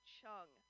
Chung